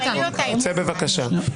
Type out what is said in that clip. ----- ואני רוצה לאפשר לחבר הכנסת להתבטא.